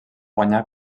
guanyar